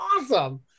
awesome